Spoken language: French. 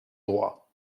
droits